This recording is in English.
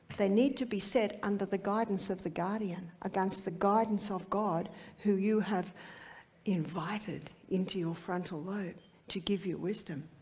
they need to be said under the guidance of the guardian, against the guidance of god who you have invited into your frontal lobe to give you wisdom.